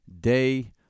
day